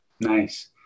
Nice